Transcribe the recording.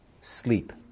sleep